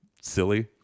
silly